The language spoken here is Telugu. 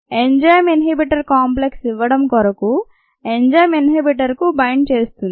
ఎంజైమ్ ఇన్హిబిటర్ కాంప్లెక్స్ ఇవ్వడం కొరకు ఎంజైమ్ ఇన్హిబిటర్ కు బైండ్ చేస్తుంది